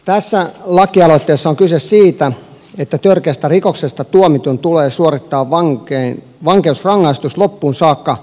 tässä lakialoitteessa on kyse siitä että törkeästä rikoksesta tuomitun tulee suorittaa vankeusrangaistus loppuun saakka vankeudessa